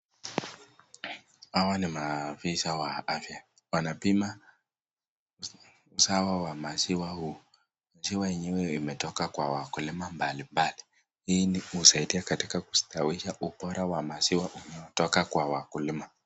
Hawa ni maafisa wa afya. Wanapima uzao wa maziwa huu. Maziwa yenyewe imetoka kwa wakulima mbalimbali. Hii ni kusaidia katika kustawisha ubora wa maziwa unaotoka kwa wakulima.